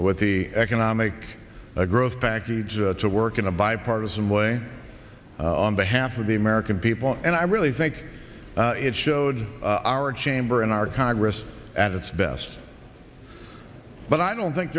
with the economic growth packages to work in a bipartisan way on behalf of the american people and i really think it showed our chamber and our congress at its best but i don't think